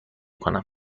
کنم